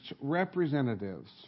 representatives